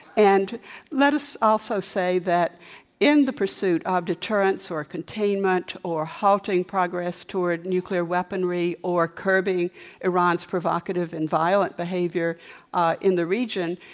and let us also say that in the pursuit of deterrents or containment or halting progress toward nuclear weaponry or curbing iran's provocative and violent behavior ah in the region,